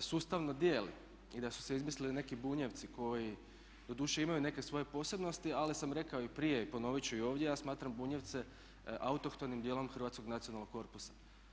sustavno dijeli i da su se izmislili neki Bunjevci koji doduše imaju neke svoje posebnosti ali sam rekao i prije i ponovit ću i ovdje ja smatram Bunjevce autohtonim dijelom hrvatskog nacionalnog korpusa.